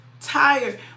tired